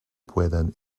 pueden